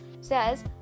says